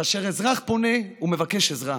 כאשר אזרח פונה ומבקש עזרה,